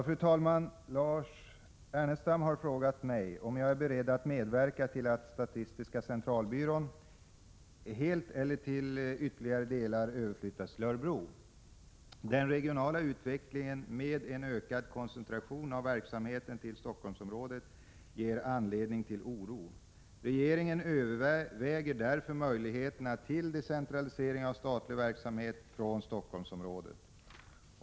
Fru talman! Lars Ernestam har frågat mig om jag är beredd att medverka till att statistiska centralbyrån helt eller till ytterligare delar överflyttas till Örebro. Den regionala utvecklingen med en ökad koncentration av verksamheten till Stockholmsområdet ger anledning till oro. Regeringen överväger därför möjligheterna till decentralisering av statlig verksamhet från Stockholmsområdet.